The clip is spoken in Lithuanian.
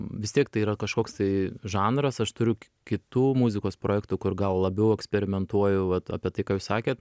vis tiek tai yra kažkoks tai žanras aš turiu kitų muzikos projektų kur gal labiau eksperimentuoju vat apie tai ką jūs sakėt